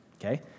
Okay